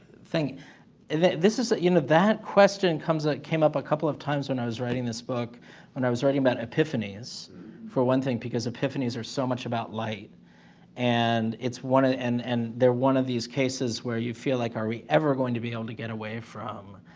thing this is ah you know that question comes that came up a couple of times when i was writing this book when i was writing about epiphanies for one thing because epiphanies are so much about light and it's one ah and and they're one of these cases where you feel like, are we ever going to be able to get away from?